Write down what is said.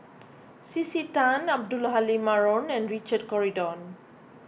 C C Tan Abdul Halim Haron and Richard Corridon